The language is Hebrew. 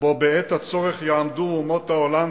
שבו בעת הצורך יעמדו אומות העולם,